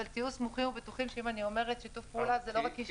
אבל תהיו סמוכים ובטוחים שאם אני אומרת שיתוף פעולה זה קיים.